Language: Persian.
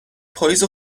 پاییز